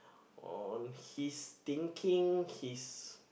on his thinking his